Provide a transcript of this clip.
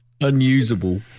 unusable